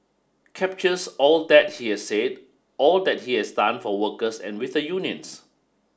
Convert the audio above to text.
captures all that he had said all that he has done for workers and with the unions